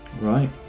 Right